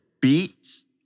Beats